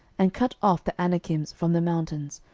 and cut off the anakims from the mountains,